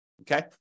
okay